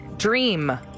Dream